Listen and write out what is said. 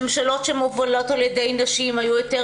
ממשלות שמובלות על ידי נשים היו יותר